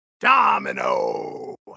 domino